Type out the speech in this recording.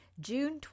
June